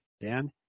Dan